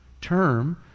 term